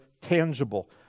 tangible